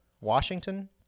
Washington